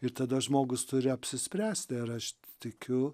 ir tada žmogus turi apsispręsti ar aš tikiu